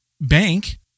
bank